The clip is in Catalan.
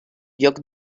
joc